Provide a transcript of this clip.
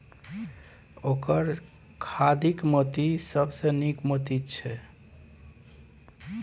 ओकर खाधिक मोती सबसँ नीक मोती छै